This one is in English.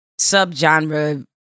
subgenre